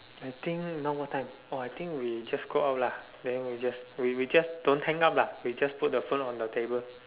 I think now what time oh I think we just go out lah then we just we we just don't hang up lah we just put the phone on the table